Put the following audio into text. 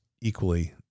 equally